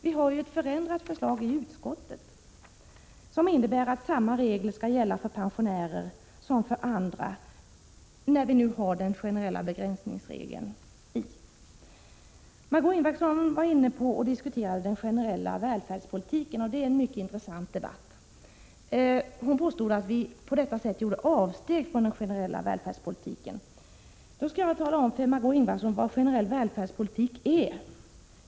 Vi har ju lagt fram ett förändrat förslag, som innebär att samma regler skall gälla för pensionärer som för andra när vi nu har den generella begränsningsregeln. Margé Ingvardsson diskuterade den generella välfärdspolitiken. Det är en mycket intressant debatt. Margö Ingvardsson påstod att vi gjort avsteg från den generella välfärdspolitiken. Då skall jag tala om för Margö Ingvardsson vad generell välfärdspolitik innebär.